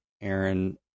Aaron